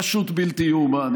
פשוט בלתי ייאמן.